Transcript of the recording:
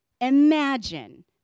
imagine